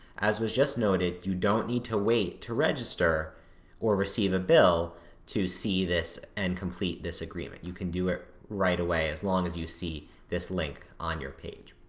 as was just noted, you don't need to wait to register or receive a bill to see this, and complete this agreement you can do it right away, as long as you see this link on your page.